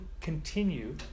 continue